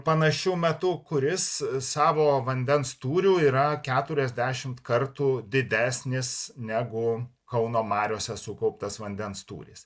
panašiu metu kuris savo vandens tūriu yra keturiasdešimt kartų didesnis negu kauno mariose sukauptas vandens tūris